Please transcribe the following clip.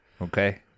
Okay